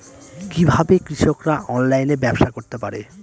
কিভাবে কৃষকরা অনলাইনে ব্যবসা করতে পারে?